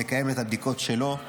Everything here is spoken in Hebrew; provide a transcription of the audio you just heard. ומקיים את הבדיקות שלו.